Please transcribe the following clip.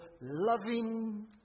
loving